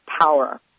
power